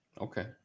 Okay